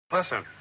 Listen